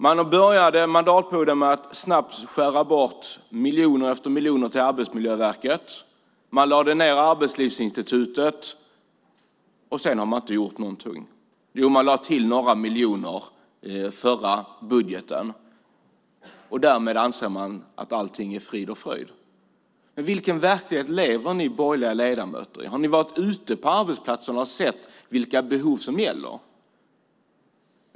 Man började mandatperioden med att snabbt skära bort miljon efter miljon till Arbetsmiljöverket. Man lade ned Arbetslivsinstitutet, och sedan har man inte gjort någonting. Jo, man lade till några miljoner i förra budgeten, och därmed anser man att allting är frid och fröjd. Vilken verklighet lever ni borgerliga ledamöter i? Har ni varit ute på arbetsplatserna och sett vilka behov som gäller?